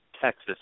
Texas